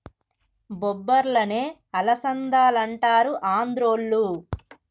బొబ్బర్లనే అలసందలంటారు ఆంద్రోళ్ళు